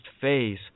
phase